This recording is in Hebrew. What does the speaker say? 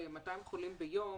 200 חולים ביום.